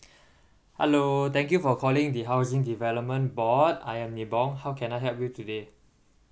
hello thank you for calling the housing development board I am nibong how can I help you today